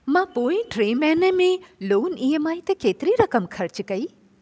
मां पोइ टे महिने में लोन ई एम आई ते केतिरी रक़म ख़र्चु कई